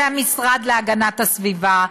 זה המשרד להגנת הסביבה,